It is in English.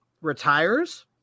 retires